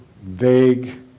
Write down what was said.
vague